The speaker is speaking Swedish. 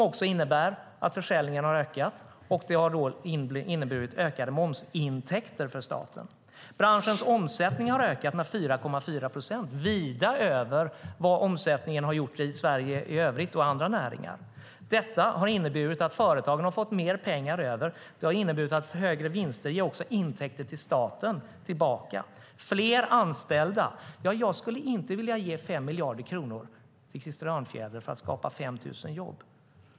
Det innebär att försäljningen har ökat, vilket har inneburit ökade momsintäkter för staten. Branschens omsättning har ökat med 4,4 procent - vida över vad omsättningen har gjort i Sverige i övrigt och i andra näringar. Detta har inneburit att företagen har fått mer pengar över. Högre vinster har inneburit intäkter tillbaka till staten. Det har blivit fler anställda. Jag skulle inte vilja ge 5 miljarder kronor till Krister Örnfjäder för att skapa 5 000 jobb.